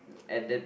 at that